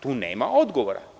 Tu nema odgovora.